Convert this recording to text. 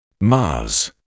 Mars